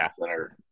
center